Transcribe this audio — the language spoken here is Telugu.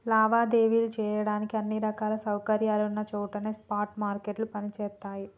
లావాదేవీలు చెయ్యడానికి అన్ని రకాల సౌకర్యాలున్న చోటనే స్పాట్ మార్కెట్లు పనిచేత్తయ్యి